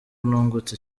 nungutse